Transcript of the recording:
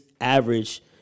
average